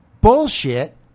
bullshit